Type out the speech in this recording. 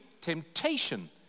temptation